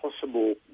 possible